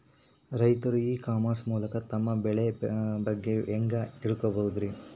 ರೈತರು e commerce ಮೂಲಕ ತಮ್ಮ ಬೆಳಿ ಬಗ್ಗೆ ಹ್ಯಾಂಗ ತಿಳ್ಕೊಬಹುದ್ರೇ?